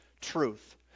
truth